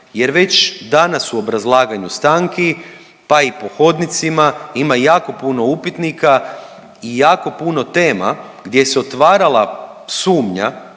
Jer već danas u obrazlaganju stanki pa i po hodnicima ima jako puno upitnika i jako puno tema gdje se otvarala sumnja